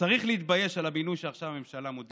צריך להתבייש על המינוי שעכשיו הממשלה מודיעה עליו.